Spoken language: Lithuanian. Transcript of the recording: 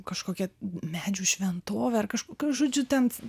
kažkokią medžių šventovę ar kažkokią žodžiu ten